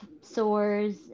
sores